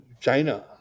China